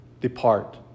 depart